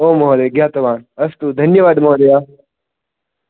ओम् महोदय ज्ञातवान् अस्तु धन्यवादः महोदय